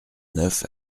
neuf